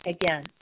again